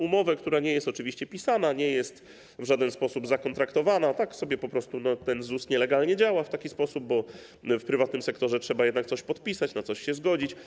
Umowę, która oczywiście nie jest pisana, nie jest w żaden sposób zakontraktowana; tak sobie po prostu ten ZUS nielegalnie działa, w taki właśnie sposób, bo w prywatnym sektorze trzeba jednak coś podpisać, na coś się zgodzić.